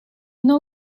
know